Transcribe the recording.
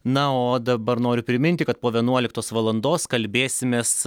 na o dabar noriu priminti kad po vienuoliktos valandos kalbėsimės